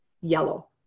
yellow